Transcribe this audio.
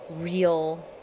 real